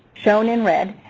shown in red,